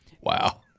Wow